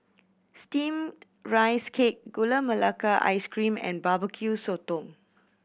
Steamed Rice Cake Gula Melaka Ice Cream and Barbecue Sotong